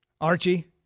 Archie